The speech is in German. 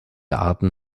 arten